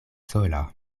sola